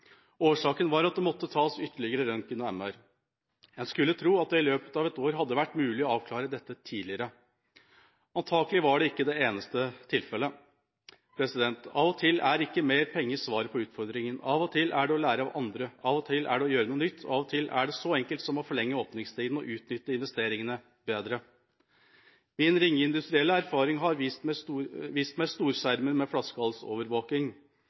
Årsaken var at det måtte tas ytterligere røntgen og MR. Man skulle tro at det hadde vært mulig å avklare dette tidligere. Antakelig er ikke dette det eneste tilfellet. Av og til er ikke mer penger svaret på utfordringen – av og til er det å lære av andre, av og til er det å gjøre noe nytt, og av og til er det så enkelt som å forlenge åpningstida og utnytte investeringene bedre. Min ringe industrielle erfaring har vist meg at man kan ha storskjermer med flaskehalsovervåking.